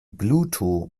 pluto